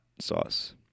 Sauce